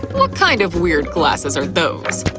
what kind of weird glasses are those?